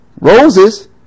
roses